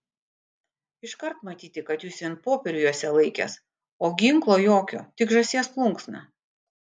iškart matyti kad jūs vien popierių jose laikęs o ginklo jokio tik žąsies plunksną